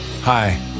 Hi